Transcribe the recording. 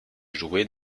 jouer